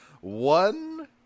one